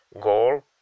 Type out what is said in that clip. Goal